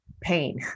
pain